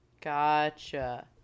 gotcha